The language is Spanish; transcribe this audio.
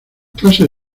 clases